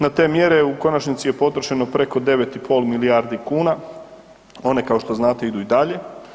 Na te mjere u konačnici je potrošeno preko 9,5 milijardi kuna, one kao što znate idu i dalje.